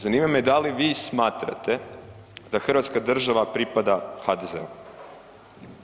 Zanima me da li vi smatrate da Hrvatska država pripada HDZ-u?